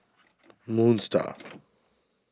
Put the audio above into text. Moon Star